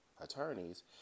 attorneys